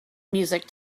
music